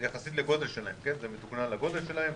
זה מתוקנן יחסית לגודל שלהם,